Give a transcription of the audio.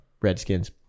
Redskins